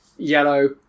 yellow